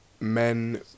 men